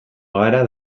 gara